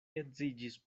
edziĝis